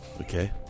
Okay